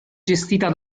gestita